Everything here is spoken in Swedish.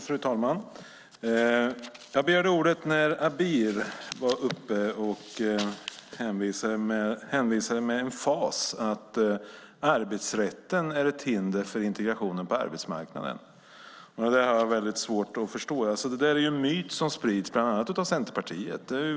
Fru talman! Jag begärde ordet när Abir var uppe och med emfas hävdade att arbetsrätten är ett hinder för integrationen på arbetsmarknaden. Det har jag svårt att förstå. Det är en myt som sprids, bland annat av Centerpartiet.